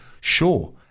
Sure